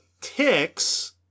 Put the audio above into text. ticks